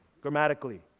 grammatically